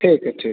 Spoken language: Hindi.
ठीक है ठीक